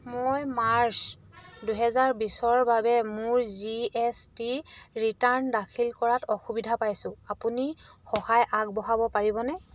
মই মাৰ্চ দুহেজাৰ বিছৰ বাবে মোৰ জি এছ টি ৰিটাৰ্ণ দাখিল কৰাত অসুবিধা পাইছোঁ আপুনি সহায় আগবঢ়াব পাৰিবনে